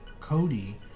Cody